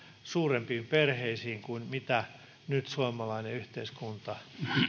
suurempiin perheisiin kuin mitä suomalainen yhteiskunta